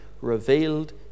revealed